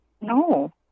no